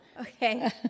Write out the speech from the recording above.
okay